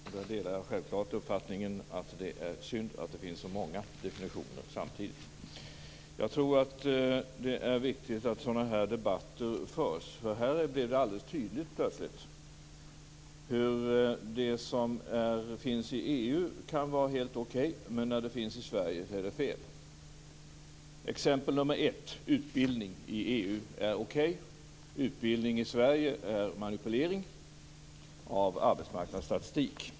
Där delar jag självklart uppfattningen att det är synd att det finns så många definitioner samtidigt. Jag tror att det är viktigt att sådana här debatter förs. Här blir det plötsligt alldeles tydligt hur det som finns i EU kan vara helt okej men när det finns i Sverige är det fel. Exempel 1: Utbildning i EU är okej, utbildning i Sverige är manipulering av arbetsmarknadsstatistik.